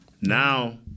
Now